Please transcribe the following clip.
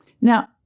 Now